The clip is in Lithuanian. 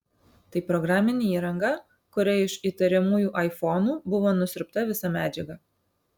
tai programinė įranga kuria iš įtariamųjų aifonų buvo nusiurbta visa medžiaga